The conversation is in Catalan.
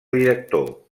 director